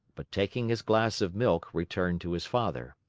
but taking his glass of milk returned to his father.